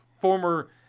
former